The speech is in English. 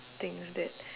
things that